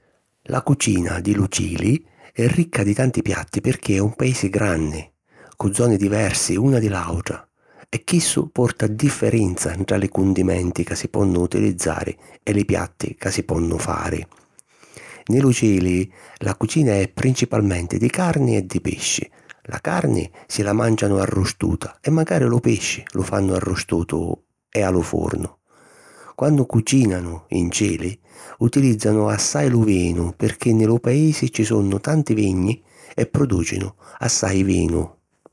La cucina di lu Cili è ricca di tanti piatti pirchì è un paisi granni, cu zoni diversi una di l’àutra e chissu porta differenza ntra li cundimenti chi si ponnu utilizzari e li piatti chi si ponnu fari. Nni lu Cili la cucina è principalmenti di carni e di pisci. La carni si la màncianu arrustuta e macari lu pisci lu fannu arrustutu e a lu furnu. Quannu cucìnanu in Cili, utilìzzanu assai lu vinu pirchì nni lu paisi ci sunnu tanti vigni e prodùcinu assai vinu.